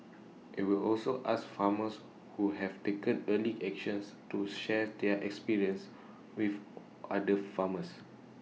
IT will also ask farmers who have taken early actions to share their experience with other farmers